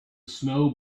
snow